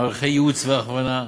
מערכי ייעוץ והכוונה,